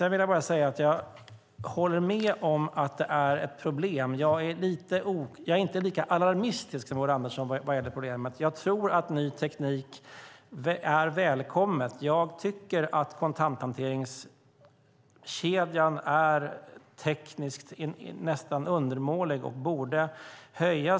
Jag vill också säga att jag håller med om att detta är ett problem, men jag är inte lika alarmistisk som Ulla Andersson. Jag tror att ny teknik är välkommen. Jag tycker att kontanthanteringskedjan tekniskt är nästan undermålig, och man borde också höja